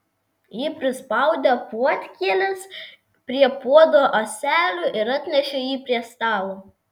ji prispaudė puodkėles prie puodo ąselių ir atnešė jį prie stalo